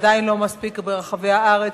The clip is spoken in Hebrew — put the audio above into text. עדיין לא מספיק ברחבי הארץ,